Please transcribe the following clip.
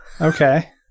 okay